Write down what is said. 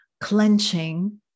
clenching